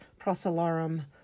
Procellarum